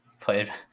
played